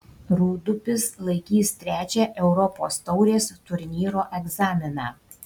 rūdupis laikys trečią europos taurės turnyro egzaminą